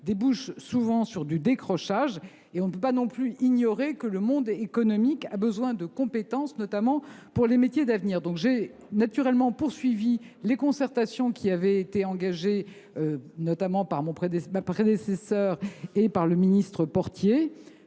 débouche souvent sur du décrochage. Et l’on ne saurait ignorer que le monde économique a besoin de compétences, pour ce qui est notamment des métiers d’avenir. J’ai naturellement poursuivi les concertations qui avaient été engagées notamment par ma prédécesseure et par le ministre Portier.